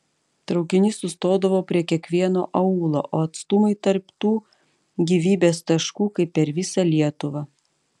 traukinys sustodavo prie kiekvieno aūlo o atstumai tarp tų gyvybės taškų kaip per visą lietuvą